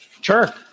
Sure